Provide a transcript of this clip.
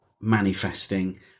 manifesting